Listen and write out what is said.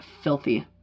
filthy